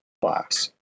class